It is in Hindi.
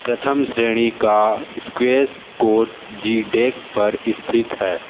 प्रथम श्रेणी का स्क्वैश कोट जी डेक पर स्थित है